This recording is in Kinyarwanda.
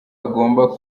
agomba